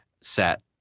set